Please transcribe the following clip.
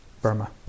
Burma